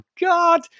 God